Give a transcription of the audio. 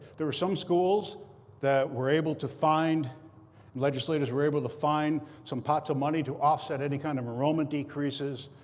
there were some schools that were able to find and legislators were able to find some pots of money to offset any kind of enrollment decreases,